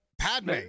padme